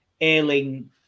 ailing